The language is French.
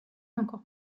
encore